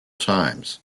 times